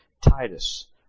Titus